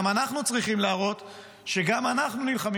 גם אנחנו צריכים להראות שגם אנחנו נלחמים